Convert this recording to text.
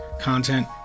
content